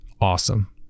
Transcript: awesome